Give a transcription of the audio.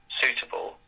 suitable